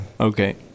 okay